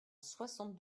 soixante